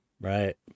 Right